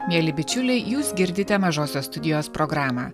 mieli bičiuliai jūs girdite mažosios studijos programą